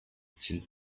sind